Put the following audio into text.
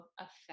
affect